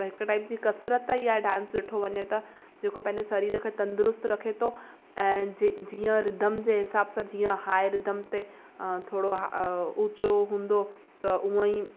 त हिक टाइप जी कसरतु ई आहे ॾिठो वञे त जेको पंहिंजे शरीर खे तंदुरुस्तु रखे थो ऐं ज जीअं रिदम जे हिसाब सां जीअं हाय रिदम ते थोरो ऊंचो हूंदो त हूअंई